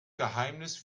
geheimnis